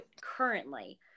currently